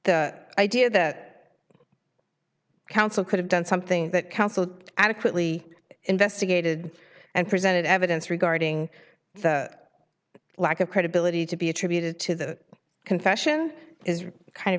the idea that counsel could have done something that counsel adequately investigated and presented evidence regarding the lack of credibility to be attributed to the confession is kind of